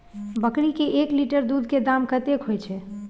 बकरी के एक लीटर दूध के दाम कतेक होय छै?